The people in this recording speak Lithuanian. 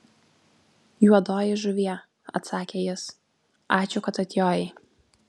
juodoji žuvie atsakė jis ačiū kad atjojai